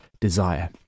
desire